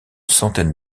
centaine